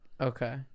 Okay